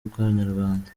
by’abanyarwanda